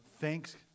thanks